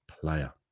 player